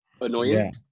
annoying